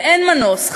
ואין מנוס,